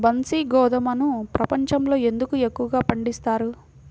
బన్సీ గోధుమను ప్రపంచంలో ఎందుకు ఎక్కువగా పండిస్తారు?